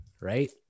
Right